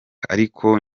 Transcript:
ariko